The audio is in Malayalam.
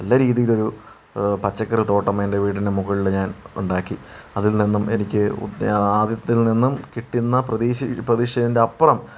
നല്ല രീതിയിലൊരു പച്ചക്കറിത്തോട്ടം എൻ്റെ വീടിൻ്റെ മുകളിൽ ഞാൻ ഉണ്ടാക്കി അതിൽ നിന്നും എനിക്ക് അതിൽ നിന്നും കിട്ടുന്ന പ്രതീക്ഷിച്ചതിൻ്റെ അപ്പുറം